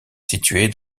située